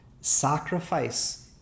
sacrifice